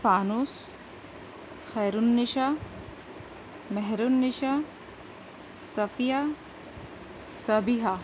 فانوس خیرالنسا مہرالنسا صفیہ صبیحہ